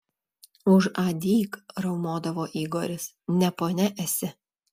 užadyk riaumodavo igoris ne ponia esi